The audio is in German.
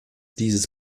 dieses